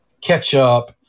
ketchup